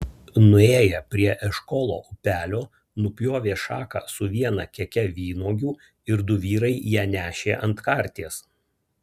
nuėję prie eškolo upelio nupjovė šaką su viena keke vynuogių ir du vyrai ją nešė ant karties